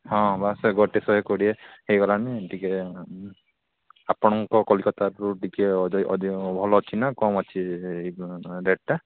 ହଁ ମାସେ ଗୋଟେ ଶହେ କୋଡ଼ିଏ ହୋଇଗଲାଣି ଟିକେ ଆପଣଙ୍କ କଲିକତାରୁ ଟିକେ ଅଧିକ ଭଲ ଅଛି ନା କମ୍ ଅଛି ଏଇ ରେଟ୍ଟା